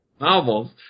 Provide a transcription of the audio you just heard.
novels